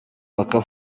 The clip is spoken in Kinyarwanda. waka